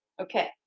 Okay